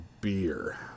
beer